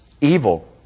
evil